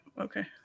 Okay